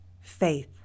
faith